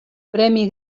premi